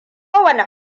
wane